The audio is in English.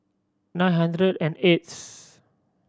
nine hundred and eighth